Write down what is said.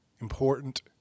important